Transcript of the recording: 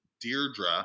Deirdre